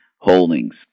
holdings